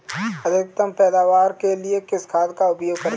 अधिकतम पैदावार के लिए किस खाद का उपयोग करें?